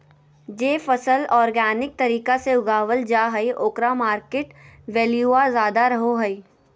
जे फसल ऑर्गेनिक तरीका से उगावल जा हइ ओकर मार्केट वैल्यूआ ज्यादा रहो हइ